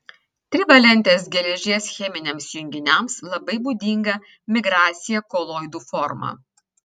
trivalentės geležies cheminiams junginiams labai būdinga migracija koloidų forma